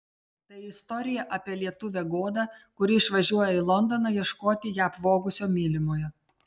tai istorija apie lietuvę godą kuri išvažiuoja į londoną ieškoti ją apvogusio mylimojo